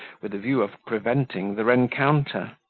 with a view of preventing the rencounter.